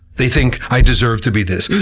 they think, i deserve to be this.